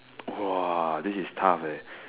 !wah! this is tough eh